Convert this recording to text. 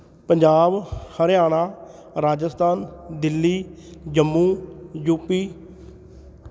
Punjab Haryana Rajasthan Delhi Jammu UP